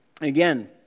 Again